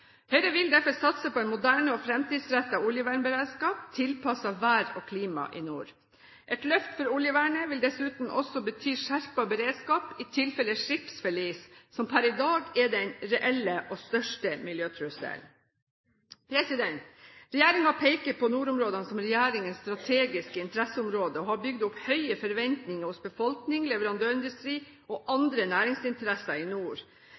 Høyre vil derfor satse på en moderne og fremtidsrettet oljevernberedskap, tilpasset vær og klima i nord. Et løft for oljevernet vil dessuten bety skjerpet beredskap i tilfelle skipsforlis, som per i dag er den reelle og største miljøtrusselen. Regjeringen peker på nordområdene som regjeringens strategiske interesseområde og har bygget opp høye forventninger hos befolkning, leverandørindustri og andre næringsinteresser i nord.